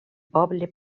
poble